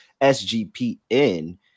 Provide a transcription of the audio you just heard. SGPN